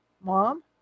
Mom